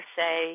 say